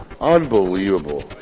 Unbelievable